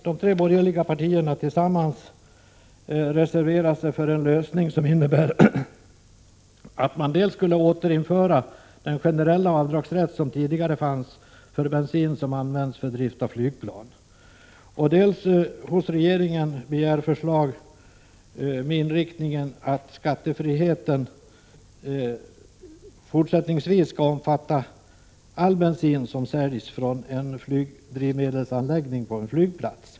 De tre borgerliga partierna har därför tillsammans reserverat sig för en lösning, som innebär dels ett återinförande av den generella avdragsrätt som tidigare fanns för bensin som används för drift av flygplan, dels att riksdagen hos regeringen skall begära förslag med inriktningen att skattefriheten fortsättningsvis skall omfatta all bensin som säljs från en flygdrivmedelsanläggning på en flygplats.